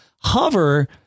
hover